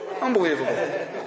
Unbelievable